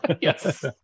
Yes